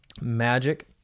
magic